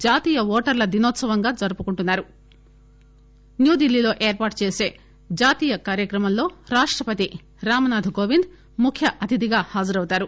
న్యూఢిల్లీలో ఏర్పాటు చేసిన జాతీయ కార్యక్రమంలో రాష్టపతి రామ్ నాధ్ కోవింద్ ముఖ్య అతిథిగా హాజరవుతారు